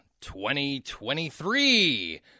2023